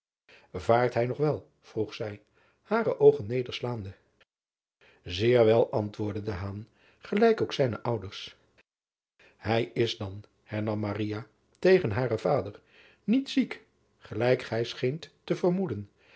aart hij nog wel vroeg zij hare oogen nederslaande eer wel antwoordde gelijk ook zijne ouders ij is dan hernam tegen haren vader niet ziek gelijk gij scheent te vermoeden